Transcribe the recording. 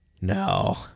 No